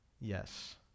Yes